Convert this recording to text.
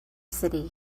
city